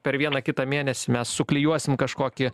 per vieną kitą mėnesį mes suklijuosim kažkokį